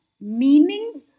meaning